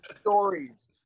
stories